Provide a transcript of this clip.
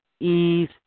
Ease